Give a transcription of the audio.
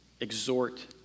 exhort